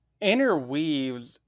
interweaves